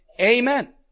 Amen